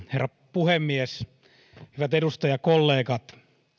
puhemies hyvät edustajakollegat